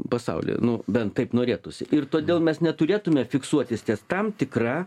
pasaulyje nu bent taip norėtųsi ir todėl mes neturėtume fiksuotis ties tam tikra